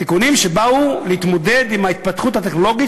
תיקונים שבאו להתמודד עם ההתפתחות הטכנולוגית